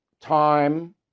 time